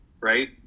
Right